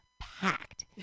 packed